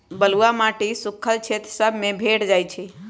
बलुआ माटी सुख्खल क्षेत्र सभ में भेंट जाइ छइ